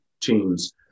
teams